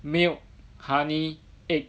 没有 honey egg